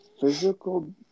Physical